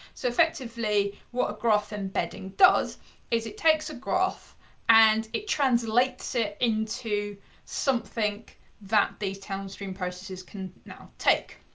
so effectively, what a graph embedding does is it takes a graph and it translates it into something that these downstream processes can now take.